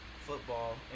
Football